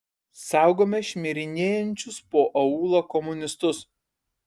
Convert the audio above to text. saugome šmirinėjančius po aūlą komunistus